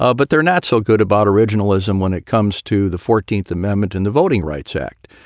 ah but they're not so good about originalism when it comes to the fourteenth amendment and the voting rights act.